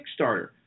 Kickstarter